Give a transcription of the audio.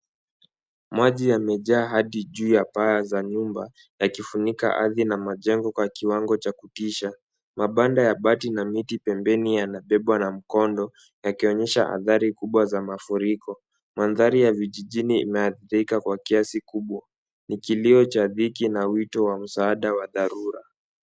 Maji yamejaa hadi juu ya paa za nyumba ,yakifunika ardhi na majengo kwa kiwango cha kutisha. Mabanda ya bati na miti pembeni yanabebwa na mkondo yakionyesha athari kubwa za mafuriko. Mandhari na vijijini imeathirika kwa kiasi kubwa, ni kilio cha dhiki na wito wa msaada wa dharura.